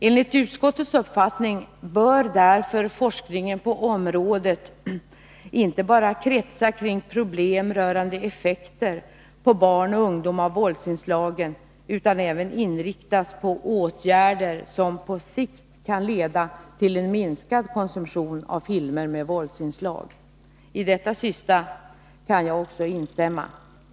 Enligt utskottets uppfattning bör därför forskningen på området inte bara kretsa kring problem rörande effekter på barn och ungdom av våldsinslagen utan även inriktas på åtgärder som på sikt kan leda till en minskad konsumtion av filmer med våldsinslag. I detta sista kan jag också instämma.